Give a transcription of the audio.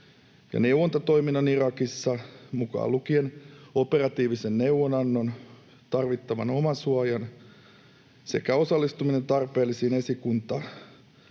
neuvontatoiminnan Irakissa, mukaan lukien operatiivisen neuvonannon, tarvittavan omasuojan sekä osallistumisen tarpeellisiin esikunta‑,